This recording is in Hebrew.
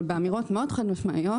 אבל באמירות מאוד חד-משמעיות,